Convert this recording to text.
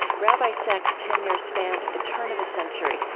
rabbi sacks' tenure spanned the turn of a century,